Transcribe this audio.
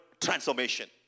transformation